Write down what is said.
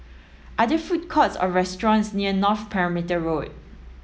are there food courts or restaurants near North Perimeter Road